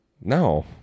No